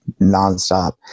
nonstop